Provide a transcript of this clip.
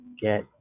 get